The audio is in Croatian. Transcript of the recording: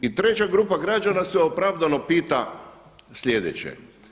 I treća grupa građana se opravdano pita sljedeće.